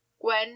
Gwen